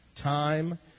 Time